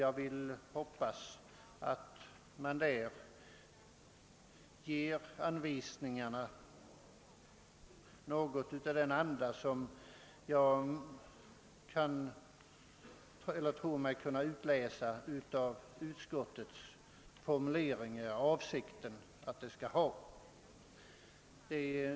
Jag hoppas att anvisningarna skall präglas av något av den anda som utskottet, av formuleringarna i utlåtandet att döma, anser skall råda.